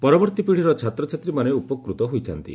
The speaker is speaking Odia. ପରବର୍ତ୍ତୀ ପିଢ଼ିର ଛାତ୍ରଛାତ୍ରୀମାନେ ଉପକୃତ ହୋଇଥା'ନ୍ତି